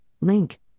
link